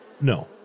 no